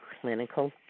Clinical